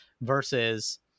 versus